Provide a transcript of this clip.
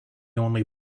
only